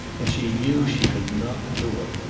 and she knew she could not do it.